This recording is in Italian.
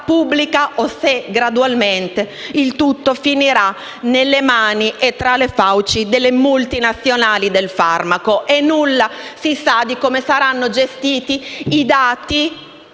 o se, gradualmente, finirà nelle mani e tra le fauci delle multinazionali del farmaco. Nulla si sa di come saranno gestiti i dati